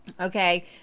Okay